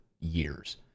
years